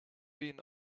been